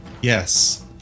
Yes